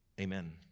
Amen